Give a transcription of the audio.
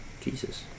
Jesus